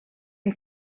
and